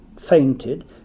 fainted